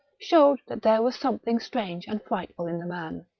showed that there was something strange and frightful in the man.